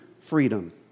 freedom